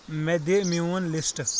مےٚ دِ میون لسٹ